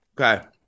Okay